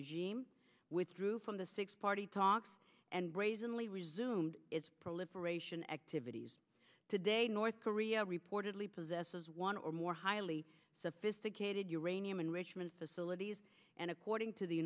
regime withdrew from the six party talks and brazenly resumed its proliferation activities today north korea reportedly possesses one or more highly sophisticated uranium enrichment facilities and according to the